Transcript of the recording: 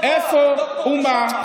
איפה אומה?